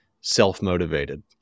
self-motivated